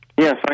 Yes